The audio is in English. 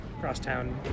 cross-town